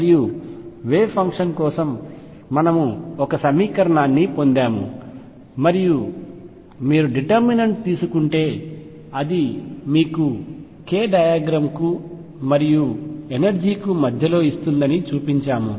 మరియు wave function కోసం మనము ఒక సమీకరణాన్ని పొందాము మరియు మీరు డిటర్మినెంట్ తీసుకుంటే అది మీకు k డయాగ్రామ్ కు మరియు ఎనర్జీ కు మధ్యలో ఇస్తుందని చూపించాము